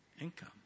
income